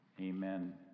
Amen